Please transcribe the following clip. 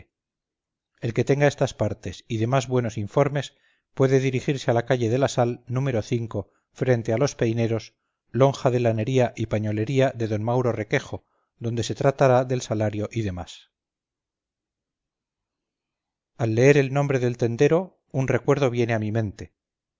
el que tenga estas partes y además buenos informes puede dirigirse a la calle de la sal número frente a los peineros lonja de lanería y pañolería de d mauro requejo donde se tratará del salario y demás al leer el nombre del tendero un recuerdo viene a mi mente